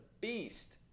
beast